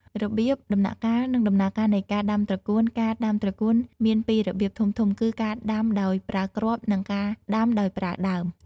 របៀប ដំណាក់កាល និងដំណើរការនៃការដាំត្រកួនការដាំត្រកួនមានពីររបៀបធំៗគឺ ការដាំដោយប្រើគ្រាប់ និង ការដាំដោយប្រើដើម។